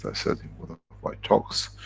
ah said in one of my talks,